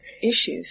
issues